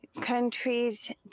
countries